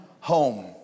home